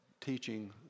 teaching